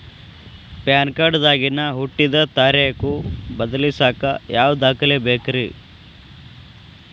PAN card ದಾಗಿನ ಹುಟ್ಟಿದ ತಾರೇಖು ಬದಲಿಸಾಕ್ ಯಾವ ದಾಖಲೆ ಬೇಕ್ರಿ?